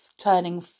turning